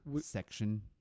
section